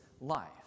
life